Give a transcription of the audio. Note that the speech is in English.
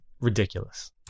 ridiculous